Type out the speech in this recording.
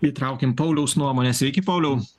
įtraukim pauliaus nuomonę sveiki pauliau